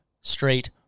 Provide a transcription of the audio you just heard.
straight